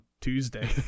Tuesday